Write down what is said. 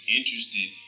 interested